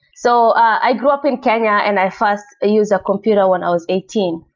so i grew up in kenya and i first used a computer when i was eighteen.